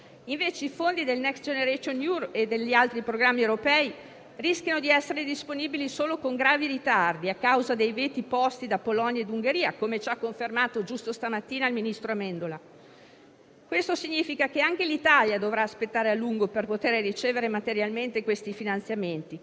c'è bisogno di fondi per mettere finalmente la parola fine alla pandemia e il MES può essere lo strumento più conveniente e più celere per provare a farlo. La situazione è troppo drammatica ed urgente per continuare ad opporre un no puramente ideologico, perché non solo siamo chiamati a spendere bene le risorse che riceviamo,